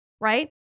right